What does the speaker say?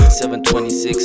726